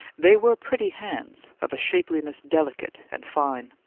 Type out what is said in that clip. they were pretty hands, of a shapeliness delicate and fine.